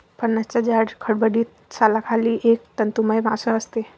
फणसाच्या जाड, खडबडीत सालाखाली एक तंतुमय मांस असते